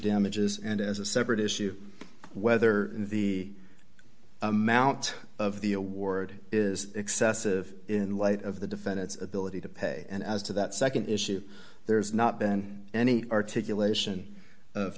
damages and as a separate issue whether the amount of the award is excessive in light of the defend its ability to pay and as to that nd issue there's not been any articulation of